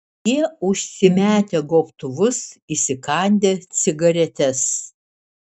jie užsimetę gobtuvus įsikandę cigaretes